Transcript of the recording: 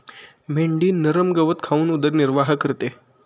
मेंढी नरम गवत खाऊन उदरनिर्वाह करते